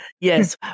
Yes